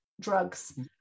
drugs